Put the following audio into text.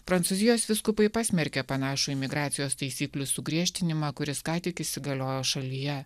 prancūzijos vyskupai pasmerkė panašų imigracijos taisyklių sugriežtinimą kuris ką tik įsigaliojo šalyje